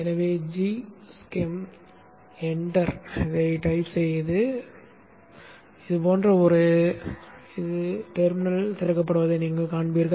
எனவே g schemஐ தட்டச்சு செய்து enter செய்கிறேன் இது போன்ற ஒன்று திறக்கப்படுவதை நீங்கள் காண்பீர்கள்